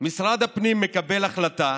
משרד הפנים מקבל החלטה